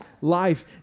life